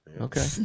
okay